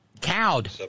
cowed